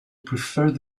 preferred